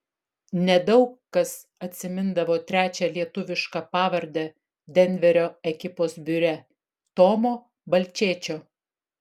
nedaug kas atsimindavo trečią lietuvišką pavardę denverio ekipos biure tomo balčėčio